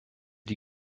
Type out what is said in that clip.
die